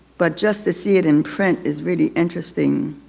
but just to see it in print is really interesting.